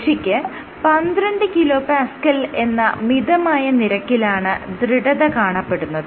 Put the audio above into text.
പേശിക്ക് 12 kPa എന്ന മിതമായ നിരക്കിലാണ് ദൃഢത കാണപ്പെടുന്നത്